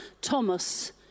Thomas